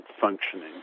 functioning